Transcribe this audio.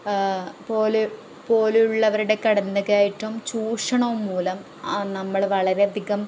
പോലെ പോലുള്ളവരുടെ കടന്നുകയറ്റം ചൂഷണവും മൂലം നമ്മൾ വളരെയധികം